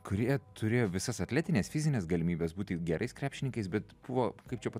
kurie turėjo visas atletinės fizines galimybes būti gerais krepšininkais bet buvo kaip čia pa